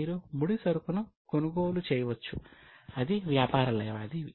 మీరు ముడిసరుకును కొనుగోలు చేయవచ్చు అది వ్యాపార లావాదేవీ